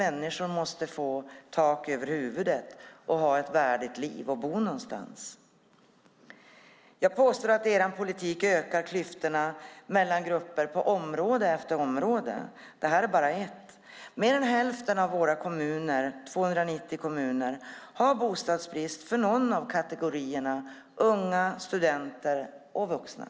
Människor måste få tak över huvudet och ha ett värdigt liv. Jag påstår att er politik ökar klyftorna mellan grupper på område efter område. Det här är bara ett. Mer än hälften av våra 290 kommuner har bostadsbrist för någon av kategorierna unga, studenter och vuxna.